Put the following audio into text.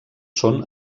són